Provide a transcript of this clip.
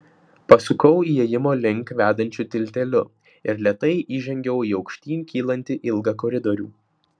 pasukau įėjimo link vedančiu tilteliu ir lėtai įžengiau į aukštyn kylantį ilgą koridorių